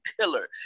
pillar